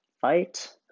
fight